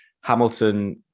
Hamilton